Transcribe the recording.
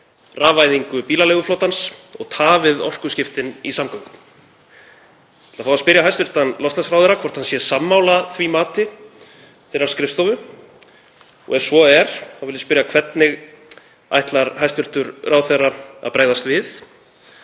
rafvæðingu bílaleiguflotans og tafið orkuskiptin í samgöngum. Ég ætla að fá að spyrja hæstv. loftslagsráðherra hvort hann sé sammála því mati þeirrar skrifstofu. Og ef svo er, þá vil ég spyrja: Hvernig ætlar hæstv. ráðherra að bregðast við?